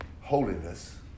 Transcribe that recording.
holiness